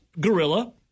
gorilla